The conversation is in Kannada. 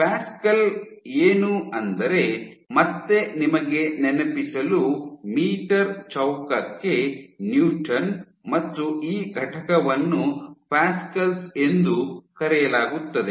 ಪ್ಯಾಸ್ಕಲ್ ಏನು ಅಂದರೆ ಮತ್ತೆ ನಿಮಗೆ ನೆನಪಿಸಲು ಮೀಟರ್ ಚೌಕಕ್ಕೆ ನ್ಯೂಟನ್ ಮತ್ತು ಈ ಘಟಕವನ್ನು ಪ್ಯಾಸ್ಕಲ್ ಎಂದು ಕರೆಯಲಾಗುತ್ತದೆ